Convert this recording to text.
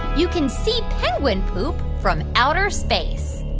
you can see penguin poop from outer space?